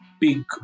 big